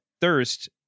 thirst